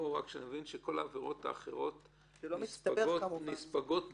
נבין כל העבירות האחרות נספגות בפנים.